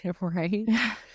Right